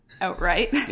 outright